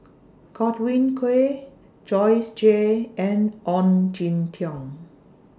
Godwin Koay Joyce Jue and Ong Jin Teong